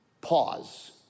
Pause